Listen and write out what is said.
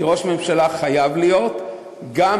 כי ראש ממשלה חייב להיות חבר הכנסת,